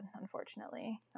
unfortunately